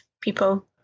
people